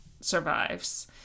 survives